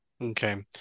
Okay